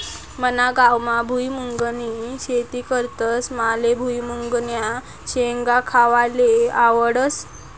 मना गावमा भुईमुंगनी शेती करतस माले भुईमुंगन्या शेंगा खावाले आवडस